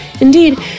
Indeed